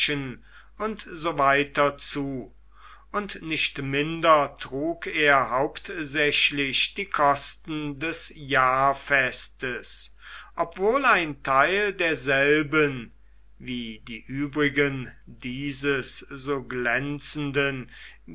und so weiter zu und nicht minder trug er hauptsächlich die kosten des jahrfestes obwohl ein teil derselben wie die übrigen dieses so glänzenden